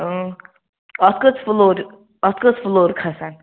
اَتھ کٔژ فُلور اَتھ کٔژ فُلور کھَسَن